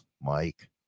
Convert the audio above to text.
Mike